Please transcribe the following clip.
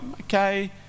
okay